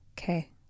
Okay